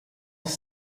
his